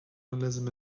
journalism